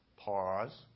Pause